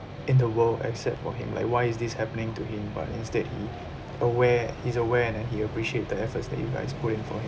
in the world except for him like why is this happening to him but instead he aware he's aware and he appreciate the efforts that you guys put in for him